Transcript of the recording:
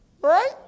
Right